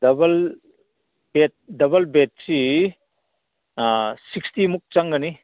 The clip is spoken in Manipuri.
ꯗꯕꯜ ꯕꯦꯗ ꯗꯕꯜ ꯕꯦꯗꯁꯤ ꯁꯤꯛꯁꯇꯤꯃꯨꯛ ꯆꯪꯒꯅꯤ